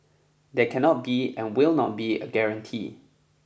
there cannot be and will not be a guarantee